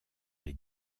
les